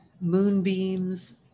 moonbeams